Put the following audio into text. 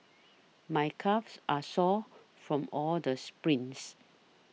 my calves are sore from all the sprints